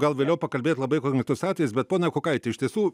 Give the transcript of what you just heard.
gal vėliau pakalbėt labai konkretus atvejis bet pone kukaiti iš tiesų